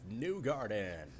Newgarden